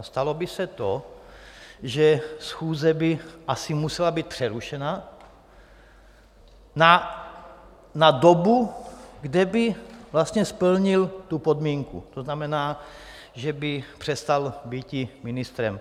Stalo by se to, že schůze by asi musela být přerušena na dobu, kde by splnil tu podmínku, to znamená, že by přestal býti ministrem.